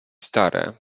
stare